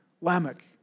Lamech